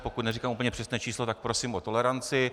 Pokud neříkám úplně přesné číslo, tak prosím o toleranci.